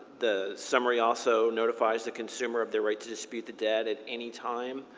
the summary also notifies the consumer of their right to dispute the debt at any time.